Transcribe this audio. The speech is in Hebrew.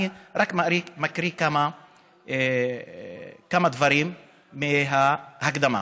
אני רק מקריא כמה דברים מההקדמה.